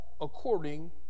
according